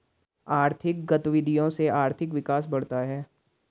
आर्थिक गतविधियों से आर्थिक विकास बढ़ता है